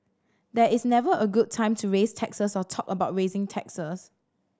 there is never a good time to raise taxes or talk about raising taxes